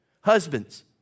Husbands